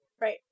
right